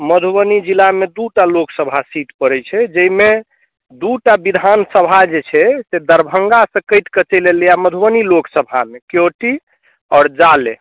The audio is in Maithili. मधुबनी जिलामे दू टा लोकसभा सीट पड़ैत छै जाहिमे दू टा विधान सभा जे छै से दरभङ्गासँ काटि कऽ चलि एलैए मधुबनी लोकसभामे केओटी आओर जाले